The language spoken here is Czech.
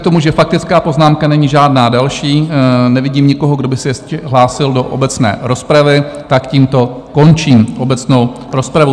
Vzhledem k tomu, že faktická poznámka není žádná další, nevidím nikoho, kdo by se hlásil do obecné rozpravy, tak tímto končím obecnou rozpravu.